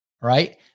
right